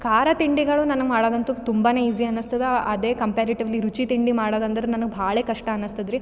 ಖಾರ ತಿಂಡಿಗಳು ನನ್ಗೆ ಮಾಡೊದಂತು ತುಂಬಾ ಈಜಿ ಅನ್ನಸ್ತದ ಅದೇ ಕಂಪಾರಿಟಿವ್ಲಿ ರುಚಿ ತಿಂಡಿ ಮಾಡೋದಂದ್ರೆ ನನ್ಗೆ ಭಾಳ ಕಷ್ಟ ಅನ್ನಸ್ತದ್ರಿ